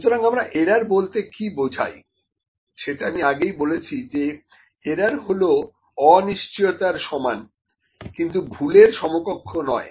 সুতরাং আমরা এরার বলতে কী বোঝাই সেটা আমি আগেই বলেছি যে এরার হল অনিশ্চয়তার সমান কিন্তু ভুলের সমকক্ষ নয়